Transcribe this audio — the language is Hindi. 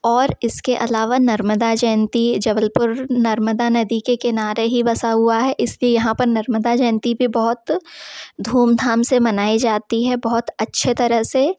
और इसके अलावा नर्मदा जयंती जबलपुर नर्मदा नदी के किनारे ही बसा हुआ है इस लिए यहाँ पर नर्मदा जयंती पर बहुत धूम धाम से मनाई जाती है बहुत अच्छी तरह से